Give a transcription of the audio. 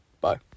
Bye